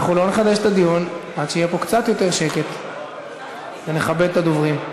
אנחנו לא נחדש את הדיון עד שיהיה פה קצת יותר שקט ונכבד את הדוברים.